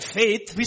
faith